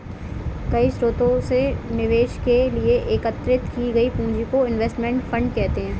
कई स्रोतों से निवेश के लिए एकत्रित की गई पूंजी को इनवेस्टमेंट फंड कहते हैं